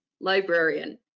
librarian